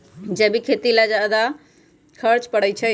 जैविक खेती ला ज्यादा खर्च पड़छई?